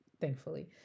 thankfully